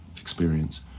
experience